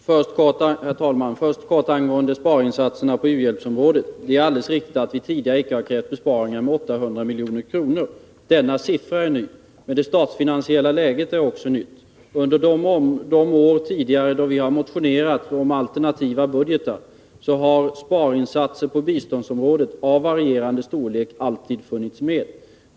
Herr talman! Först helt kort några ord om sparinsatser på u-hjälpsområdet. Det är alldeles riktigt att vi tidigare inte har krävt besparingar på just 800 milj.kr. Detta belopp är nytt, men också det statsfinansiella läget är nytt. Under de tidigare år då vi har motionerat om alternativa budgetar har sparinsatser på biståndsområdet av varierande storlek alltid funnits med.